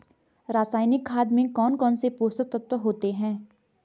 रासायनिक खाद में कौन कौन से पोषक तत्व होते हैं?